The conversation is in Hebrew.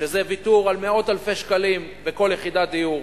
שזה ויתור על מאות אלפי שקלים בכל יחידת דיור,